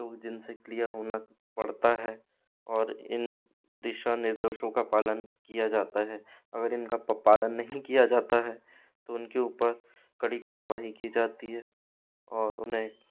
तो जिनसे क्लियर होना पड़ता है और इन दिशा निर्देशों का पालन किया जाता है अगर इनका पा पालन नहीं किया जाता है तो उनके ऊपर कड़ी कार्रवाई की जाती है और उन्हें